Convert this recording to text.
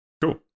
Cool